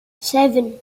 seven